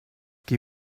qui